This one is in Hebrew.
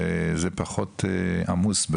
שזה פחות עמוס,